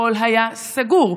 הכול היה סגור,